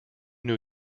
new